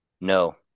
No